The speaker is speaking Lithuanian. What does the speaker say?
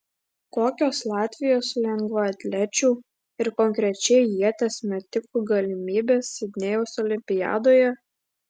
kokios latvijos lengvaatlečių ir konkrečiai ieties metikų galimybės sidnėjaus olimpiadoje